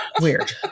weird